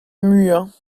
muiañ